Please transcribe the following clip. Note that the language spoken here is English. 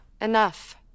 Enough